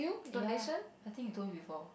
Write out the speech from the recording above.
ya I think you told me before